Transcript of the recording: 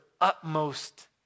utmost